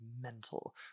mental